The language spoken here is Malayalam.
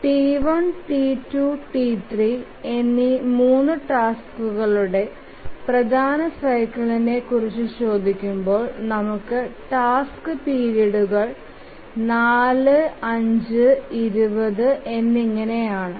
T1 T2 T3 എന്നീ 3 ടാസ്ക്കുകളുടെ പ്രധാന സൈക്കിളിനെക്കുറിച്ച് ചോദിക്കുമ്പോൾ നമുക്ക് ടാസ്ക് പിരീഡുകൾ 4 5 20 എന്നിങ്ങനെ ആണ്